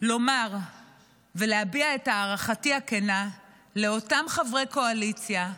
רוצה לומר כאן ולהביע את הערכתי הכנה לאותם חברי קואליציה,